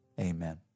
amen